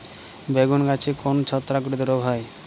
বেগুন গাছে কোন ছত্রাক ঘটিত রোগ হয়?